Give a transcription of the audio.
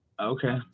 Okay